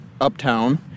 uptown